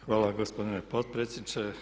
Hvala gospodine potpredsjedniče.